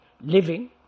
living